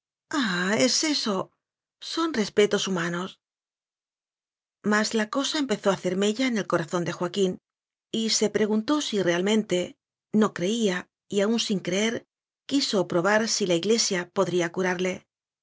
ah es eso son respetos humanos mas la cosa empezó a hacer mella en el corazón de joaquín y se preguntó si realmente no creía y aun sin creer quiso probar si la iglesia podría curarle